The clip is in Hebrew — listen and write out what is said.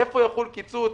איפה יחול קיצוץ